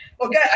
Okay